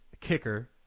kicker